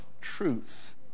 truth